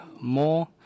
more